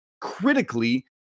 critically